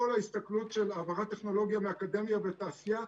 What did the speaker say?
ההסתכלות של העברת טכנולוגיה מהאקדמיה והתעשייה,